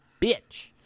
Bitch